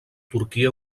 turquia